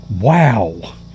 Wow